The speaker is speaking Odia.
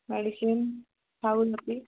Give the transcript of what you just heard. ମେଡିସିନ୍ ଖାଉନ କି